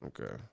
Okay